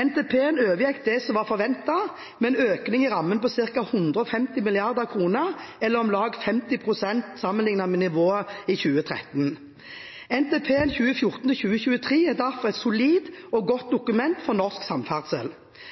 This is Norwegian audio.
NTP-en overgikk det som var forventet, med en økning i rammene på ca. 150 mrd. kr eller om lag 50 pst. sammenlignet med nivået i 2013. Nasjonal transportplan 2014–2023 er derfor et solid og godt dokument for norsk samferdsel.